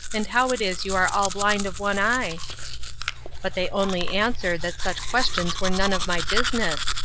and how it is you are all blind of one eye but they only answered that such questions were none of my business,